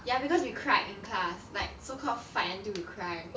ya because we cried in class like so called fight until we cry